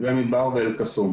בבקשה, נציג של ביר